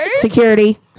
Security